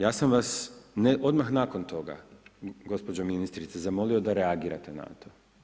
Ja sam vas, odmah nakon toga, gospođo ministrice, zamolio da reagirate na to.